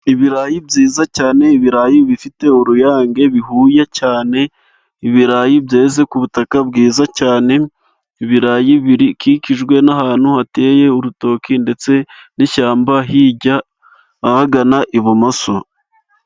Ibirayi byiza cyane ,ibirayi bifite uruyange bihuye cyane ibirayi byeze ku butaka bwiza cyane, ibirayi bikikijwe n'ahantu hateye urutoki, ndetse n'ishyamba hirya ahagana ibumoso.